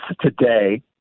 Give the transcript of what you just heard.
today